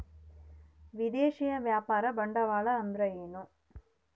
ವಿದೇಶಿಯ ವ್ಯಾಪಾರ ಬಂಡವಾಳ ಅಂದರೆ ಏನ್ರಿ?